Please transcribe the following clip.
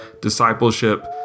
discipleship